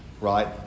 right